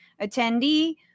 attendee